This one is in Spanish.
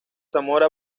zamora